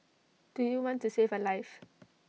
do you want to save A life